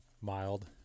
mild